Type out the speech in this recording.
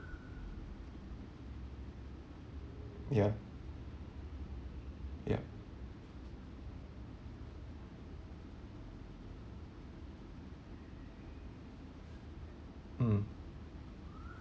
ya ya mm